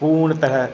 हूं हुण तह